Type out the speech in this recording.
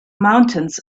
mountains